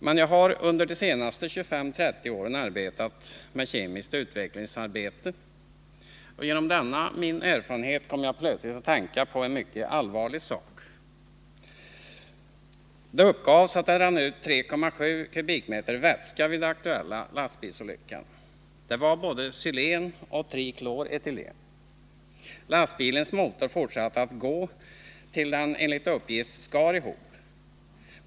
Men jag har under de senaste 25-30 åren arbetat med kemiskt utveck lingsarbete. Genom denna min erfarenhet kom jag plötsligt att tänka på en mycket allvarlig sak. Det uppgavs att det rann ut ca 3,7 m? vätska vid den aktuella lastbilsolyckan. Det var både xylen och trikloretylen. Lastbilens motor fortsatte att gå tills den enligt uppgift skar ihop.